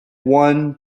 one